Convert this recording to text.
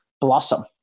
blossom